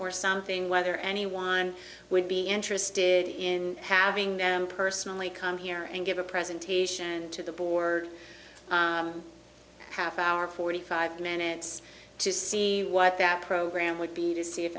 or something whether anyone would be interested in having them personally come here and give a presentation to the board half hour forty five minutes to see what that program would be to see if